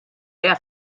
lejha